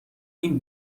این